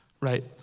right